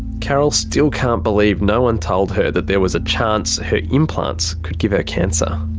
carol still can't believe no one told her that there was a chance her implants could give her cancer.